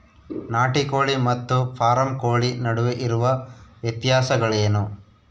ನಾಟಿ ಕೋಳಿ ಮತ್ತು ಫಾರಂ ಕೋಳಿ ನಡುವೆ ಇರುವ ವ್ಯತ್ಯಾಸಗಳೇನು?